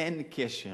שאין קשר